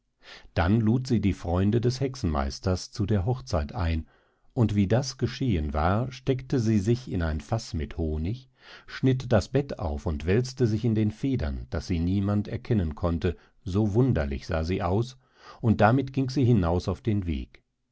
dann lud sie die freunde des hexenmeisters zu der hochzeit ein und wie das geschehen war steckte sie sich in ein faß mit honig schnitt das bett auf und wälzte sich in den federn daß sie niemand erkennen konnte so wunderlich sah sie aus und damit ging sie hinaus auf den weg